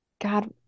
god